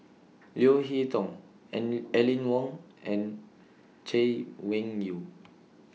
Leo Hee Tong and Aline Wong and Chay Weng Yew